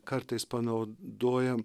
kartais panaudojam